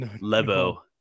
Lebo